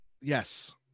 yes